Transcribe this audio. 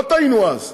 לא טעינו אז,